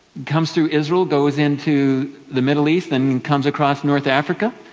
comes through israel, goes into the middle east, then comes across north africa,